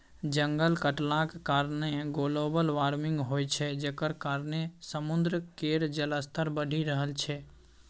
जंगल कटलाक कारणेँ ग्लोबल बार्मिंग होइ छै जकर कारणेँ समुद्र केर जलस्तर बढ़ि रहल छै